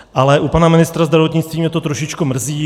Ale u pana ministra zdravotnictví mě to trošičku mrzí.